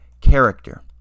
character